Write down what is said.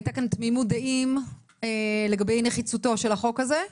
הייתה כאן תמימות דעים לגבי נחיצותו של החוק הזה.